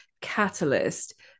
catalyst